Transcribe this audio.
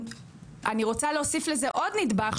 אני רוצה להוסיף לזה עוד נדבך,